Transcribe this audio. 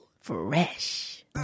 Fresh